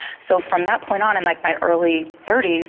so from that point on in like my early thirty s,